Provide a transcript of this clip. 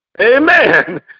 Amen